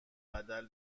بدل